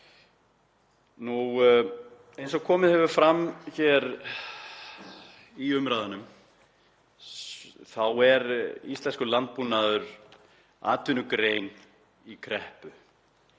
Eins og komið hefur fram hér í umræðunum þá er íslenskur landbúnaður atvinnugrein í kreppu